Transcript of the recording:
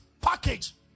package